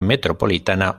metropolitana